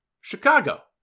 Chicago